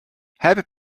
heb